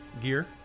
gear